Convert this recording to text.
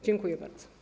Dziękuję bardzo.